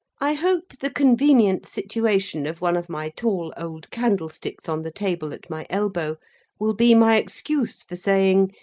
i hope the convenient situation of one of my tall old candlesticks on the table at my elbow will be my excuse for saying,